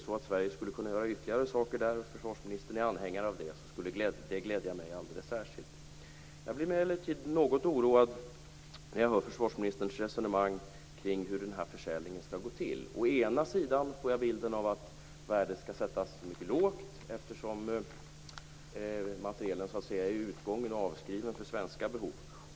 Skulle Sverige kunna göra ytterligare saker och försvarsministern är anhängare av det skulle det glädja mig alldeles särskilt. Jag blir emellertid något oroad när jag hör försvarsministerns resonemang kring hur den här försäljningen skall gå till. Å ena sidan får jag bilden av att värdet skall sättas mycket lågt, eftersom materielen är utgången och avskriven för svenska behov.